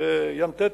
ב"ים תטיס"